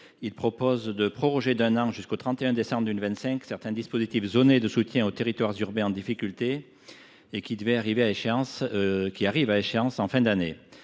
Canévet tend à proroger d’un an, jusqu’au 31 décembre 2025, certains dispositifs zonés de soutien aux territoires urbains en difficulté qui arrivent à échéance en fin d’année.